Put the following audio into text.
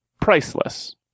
priceless